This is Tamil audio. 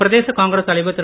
பிரதேச காங்கிரஸ் தலைவர் திரு